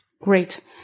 Great